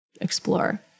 explore